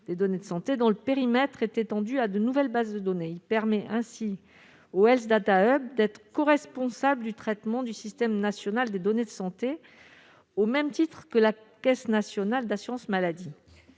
des données de santé dans le périmètre est étendue à de nouvelles bases de données, il permet ainsi au Health Data hub d'être coresponsables du traitement du système national des données de santé au même titre que la Caisse nationale d'assurance maladie,